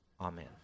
Amen